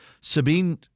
Sabine